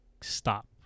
stop